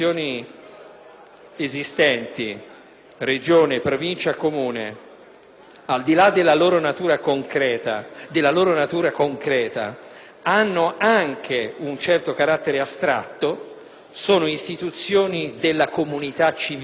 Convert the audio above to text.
le istituzioni esistenti (Regione, Provincia, Comune), al di là della loro natura concreta, hanno anche un certo carattere astratto, nel senso che sono istituzioni della comunità civile